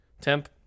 Temp